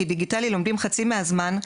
כי דיגיטלי לומדים חצי מהזמן,